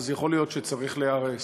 יכול להיות שהוא צריך להיהרס,